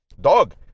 dog